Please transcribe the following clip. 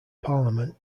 parliament